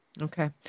Okay